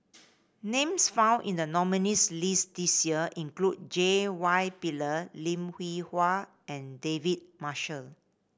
names found in the nominees' list this year include J Y Pillay Lim Hwee Hua and David Marshall